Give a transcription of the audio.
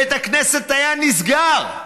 בית הכנסת היה נסגר.